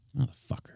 Motherfucker